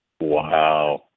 Wow